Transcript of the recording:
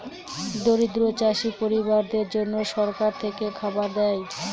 দরিদ্র চাষী পরিবারদের জন্যে সরকার থেকে খাবার দেয়